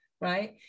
right